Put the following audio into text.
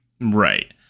Right